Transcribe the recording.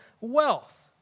wealth